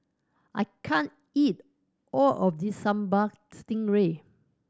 I can't eat all of this Sambal Stingray